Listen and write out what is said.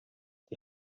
die